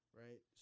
right